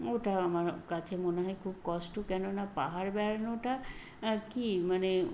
ওটা আমার কাছে মনে হয় খুব কষ্ট কেননা পাহাড় বেড়ানোটা আর কি মানে